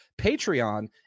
Patreon